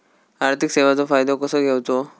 आर्थिक सेवाचो फायदो कसो घेवचो?